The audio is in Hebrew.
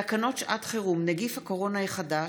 תקנות שעת חירום (נגיף הקורונה החדש)